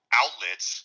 outlets